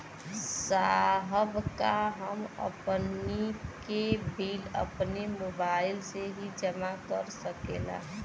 साहब का हम पानी के बिल अपने मोबाइल से ही जमा कर सकेला?